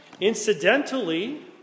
Incidentally